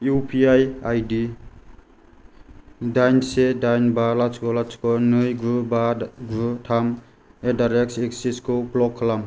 UPI ID दाइन से दाइन बा लाथिख' लाथिख' नै गु बा गु थाम एडडारेट एक्सिसखौ ब्लक खालाम